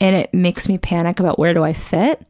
and it makes me panic about where do i fit,